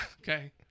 Okay